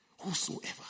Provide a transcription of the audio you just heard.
whosoever